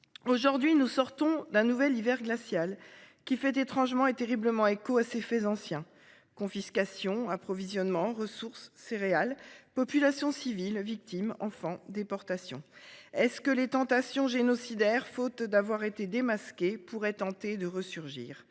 Aujourd'hui, nous sortons d'un nouvel hiver glacial qui fait étrangement et terriblement écho à ces faits anciens confiscation approvisionnement ressources céréales populations civiles victime enfant déportation. Est-ce que les tentations génocidaires faute d'avoir été démasqués pourraient tenter de resurgir